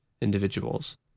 individuals